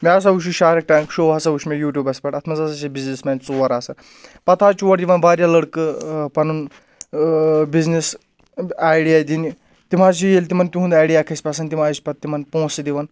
مےٚ ہَسا وٕچھ شارٕک ٹینٛک شو ہَسا وٕچھ مےٚ یوٗٹوٗبَس پؠٹھ اَتھ منٛز ہَسا چھِ بِزنس مین ژور آسان پَتہٕ حظ چھُ اورٕ یِوان واریاہ لٔڑکہٕ پَنُن بِزنس آیڈیا دِنہِ تِم حظ چھِ ییٚلہِ تِمن تِہُنٛد آیڈِیا کھَسہِ پَسنٛد تِم حظ چھِ پَتہٕ تِمَن پونٛسہٕ دِوَان